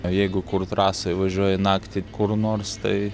o jeigu kur trasoje važiuoji naktį kur nors tai